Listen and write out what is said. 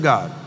God